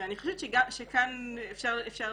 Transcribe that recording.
אני חושבת שכאן אפשר